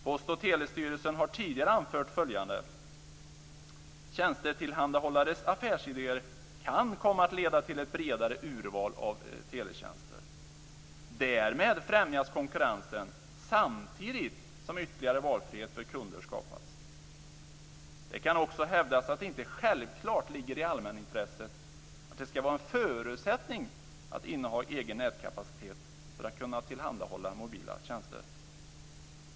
Post och telestyrelsen har tidigare anfört följande: Tjänstetillhandahållares affärsidéer kan komma att leda till ett bredare urval av teletjänster. Därmed främjas konkurrensen samtidigt som ytterligare valfrihet för kunder skapas. Det kan också hävdas att det inte självklart ligger i allmänintresset att det ska vara en förutsättning att inneha egen nätkapacitet för att kunna tillhandahålla mobila tjänster.